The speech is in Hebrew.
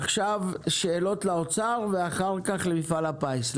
שאלות למשרד האוצר ואחר כך למפעל הפיס.